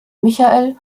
michael